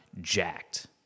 jacked